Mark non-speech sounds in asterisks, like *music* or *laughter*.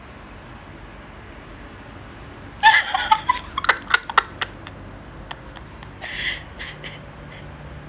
*laughs*